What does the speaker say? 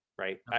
Right